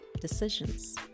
decisions